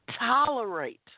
tolerate